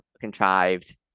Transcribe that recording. contrived